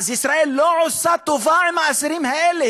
אז ישראל לא עושה טובה לאסירים האלה,